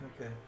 Okay